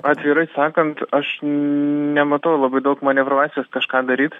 atvirai sakant aš nematau labai daug manevro laisvės kažką daryt